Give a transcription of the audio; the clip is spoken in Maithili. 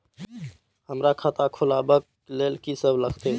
हमरा खाता खुलाबक लेल की सब लागतै?